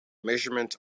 measurements